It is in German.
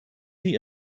die